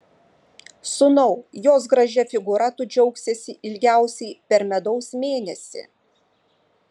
sūnau jos gražia figūra tu džiaugsiesi ilgiausiai per medaus mėnesį